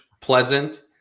pleasant